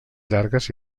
llargues